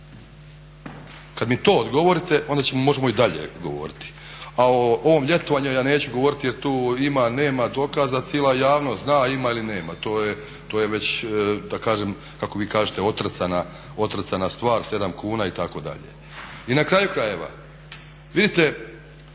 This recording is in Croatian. Kad mi to odgovorite onda možemo i dalje govoriti. A o ovom ljetovanju ja neću govoriti jer tu ima, nema dokaza, cijela javnost zna ima ili nema, to je već kako vi kažete otrcana stvar, 7 kuna itd. I na kraju krajeva, vidite,